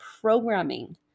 programming